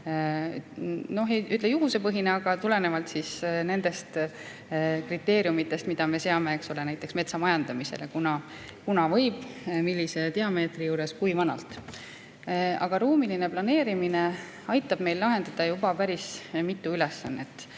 just juhusepõhine, aga see tuleneb nendest kriteeriumidest, mida me seame näiteks metsamajandamisele, et kunas võib, millise diameetri juures ja kui vanalt. Aga ruumiline planeerimine aitab meil lahendada päris mitut